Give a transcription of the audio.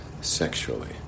sexually